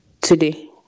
today